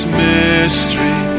mystery